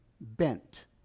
bent